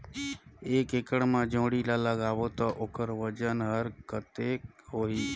एक एकड़ मा जोणी ला लगाबो ता ओकर वजन हर कते होही?